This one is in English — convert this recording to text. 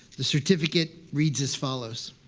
the certificate reads as follows.